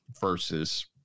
versus